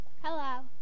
Hello